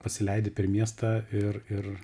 pasileidi per miestą ir ir